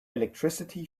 electricity